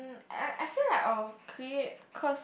I I feel like I'll create cause